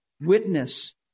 witness